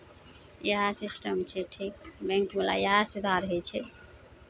इएह सिस्टम छै ठीक बैंकवला इएह सुधार होइ छै